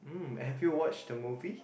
mm have you watched the movie